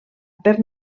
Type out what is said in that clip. per